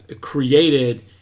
created